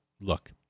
Look